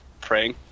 praying